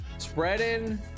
spreading